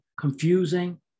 confusing